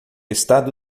estado